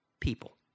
People